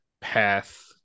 path